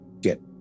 Get